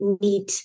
need